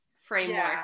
framework